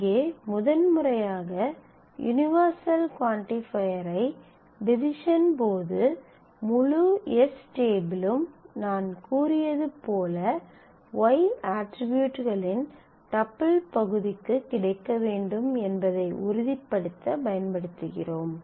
இங்கே முதன்முறையாக universal quantifier ஐ டிவிஷன் போது முழு s டேபிளும் நாம் கூறியது போல y அட்ரிபியூட்களின் டப்பிள் பகுதிக்கு கிடைக்க வேண்டும் என்பதை உறுதிப்படுத்த பயன்படுத்துகிறோம்